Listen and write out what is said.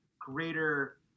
greater